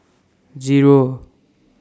Zero